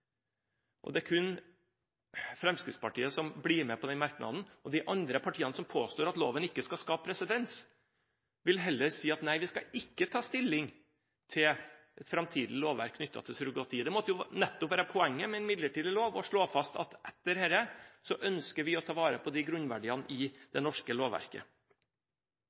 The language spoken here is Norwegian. Det er kun Fremskrittspartiet som er med på denne merknaden. De andre partiene, som påstår at loven ikke skal skape presedens, vil heller si at man ikke skal ta stilling til et framtidig lovverk knyttet til surrogati. Poenget med en midlertidig lov må jo nettopp være å slå fast at etter en slik lov ønsker vi å ta vare på grunnverdiene i det norske lovverket.